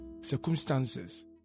circumstances